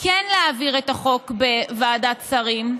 כן להעביר את החוק בוועדת השרים,